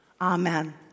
Amen